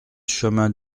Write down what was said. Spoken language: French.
chemin